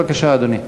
בבקשה, אדוני.